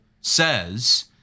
says